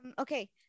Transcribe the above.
Okay